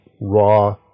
raw